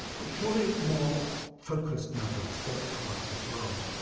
but surely more focused methods ought to work, as well.